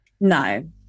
No